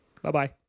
Bye-bye